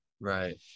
right